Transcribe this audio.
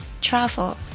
travel